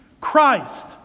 Christ